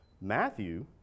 Matthew